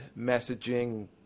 messaging